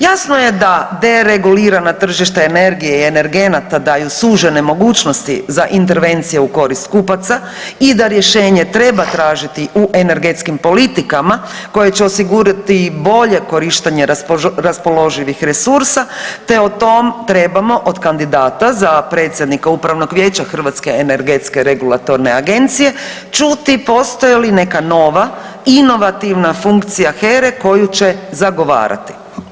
Jasno je da deregulirana tržišta energije i energenata daju sužene mogućnosti za intervencije u korist kupaca i da rješenje treba tražiti u energetskim politikama koje će osigurati bolje korištenje raspoloživih resursa te o tom trebamo od kandidata za predsjednika Upravnog vijeća Hrvatske energetske regulatorne agencije čuti postoje li neka nova inovativna funkcija HERA-e koju će zagovarati.